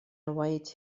await